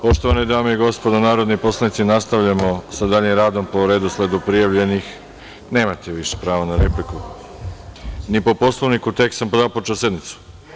Poštovane dame i gospodo narodni poslanici, nastavljamo sa daljim radom po redosledu prijavljenih [[Vjerica Radeta: Ja nastavljam repliku.]] Nemate više pravo na repliku. (Vjerica Radeta: Po Poslovniku.) Ni po Poslovniku, tek sam započeo sednicu.